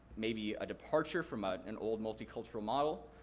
maybe a departure from ah an old multi-cultural model.